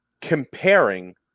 Comparing